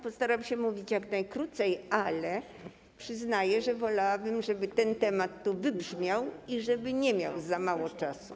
Postaram się mówić jak najkrócej, ale przyznaję, że wolałabym, żeby ten temat tu wybrzmiał i żeby poświęcono mu nie za mało czasu.